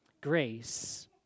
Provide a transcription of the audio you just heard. Grace